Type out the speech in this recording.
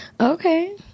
Okay